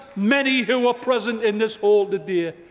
many who are present in this hall today.